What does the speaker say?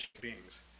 beings